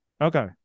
Okay